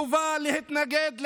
חובה להתנגד לכיבוש.